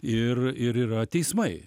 ir ir yra teismai